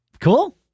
Cool